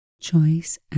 Choice